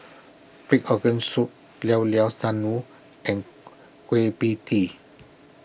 Pig Organ Soup Llao Llao and Kueh Pie Tee